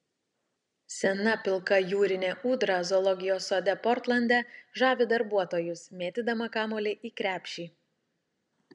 sena pilka jūrinė ūdra zoologijos sode portlande žavi darbuotojus mėtydama kamuolį į krepšį